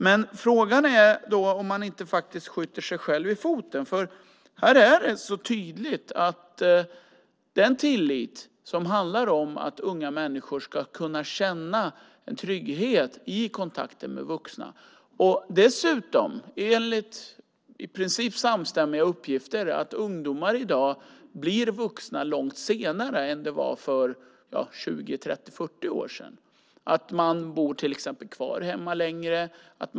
Men frågan är om man faktiskt inte skjuter sig själv i foten. Här är det nämligen så tydligt att det handlar om tillit, om att unga människor ska kunna känna en trygghet i kontakten med vuxna. Dessutom blir ungdomar i dag, enligt i princip samstämmiga uppgifter, vuxna långt senare än för 20, 30 eller 40 år sedan. De bor till exempel kvar hemma längre.